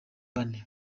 bane